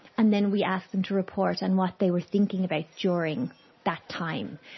and then we ask them to report on what they were thinking about during that time.